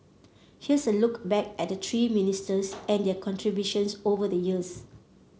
here's a look back at the three ministers and their contributions over the years